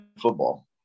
football